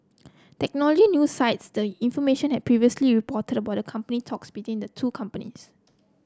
technology new site the information had previously reported about the company talks between the two companies